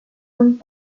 und